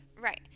Right